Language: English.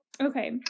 okay